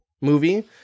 movie